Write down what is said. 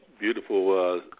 beautiful